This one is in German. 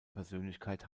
persönlichkeit